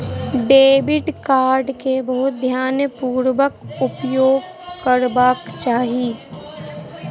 debit card के बहुत ध्यानपूर्वक उपयोग करबाक चाही